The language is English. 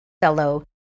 fellow